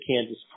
Kansas